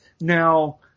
now